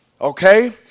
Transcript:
Okay